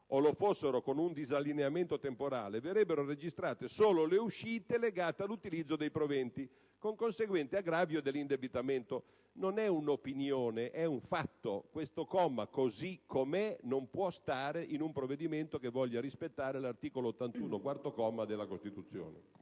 o lo fossero con un disallineamento temporale verrebbero registrate solo le uscite legate all'utilizzo dei proventi con conseguente aggravio dell'indebitamento». Non è un'opinione, è un fatto: questo comma così com'è non può stare in un provvedimento che voglia rispettare l'articolo 81, quarto comma, della Costituzione.